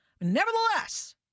Nevertheless